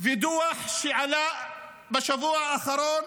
הדוח שעלה בשבוע האחרון,